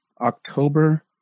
October